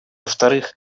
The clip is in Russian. вторых